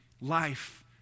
life